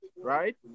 right